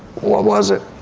what was it?